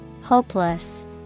Hopeless